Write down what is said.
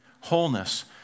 wholeness